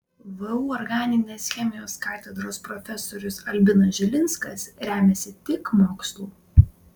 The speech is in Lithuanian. vu organinės chemijos katedros profesorius albinas žilinskas remiasi tik mokslu